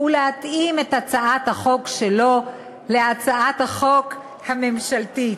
ולהתאים את הצעת החוק שלו להצעת החוק הממשלתית.